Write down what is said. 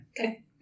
Okay